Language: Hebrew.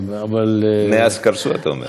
מאז קרסו, אתה אומר.